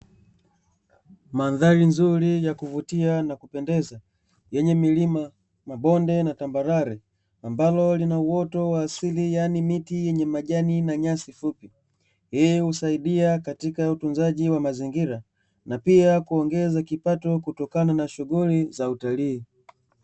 Mandhari nzuri ya kuvutia na kupendeza, yenye milima, mabonde na tambarare, ambalo lina uoto wa asili, yaani miti yenye majani na nyasi fupi. Hii husaidia katika utunzaji wa mazingira, na pia kuongeza kipato kutokana na shughuli za utalii.